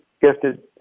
gifted